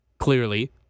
clearly